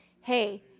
hey